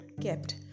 kept